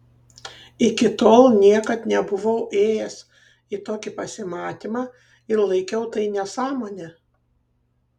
iki tol niekad nebuvau ėjęs į tokį pasimatymą ir laikiau tai nesąmone